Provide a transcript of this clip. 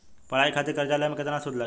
पढ़ाई खातिर कर्जा लेवे पर केतना सूद लागी?